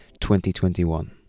2021